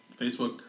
Facebook